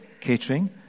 catering